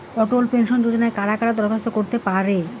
অটল pension যোজনায় কারা কারা দরখাস্ত করতে পারে?